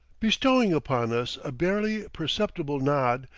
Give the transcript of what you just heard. bestowing upon us a barely perceptible nod,